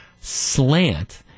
slant